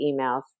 emails